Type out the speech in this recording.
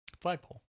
Flagpole